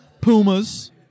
pumas